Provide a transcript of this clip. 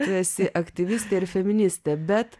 tu esi aktyvistė ir feministė bet